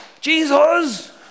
Jesus